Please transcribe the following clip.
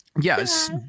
Yes